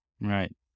Right